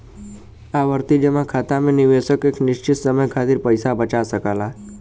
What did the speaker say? आवर्ती जमा खाता में निवेशक एक निश्चित समय खातिर पइसा बचा सकला